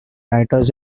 writers